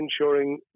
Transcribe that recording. ensuring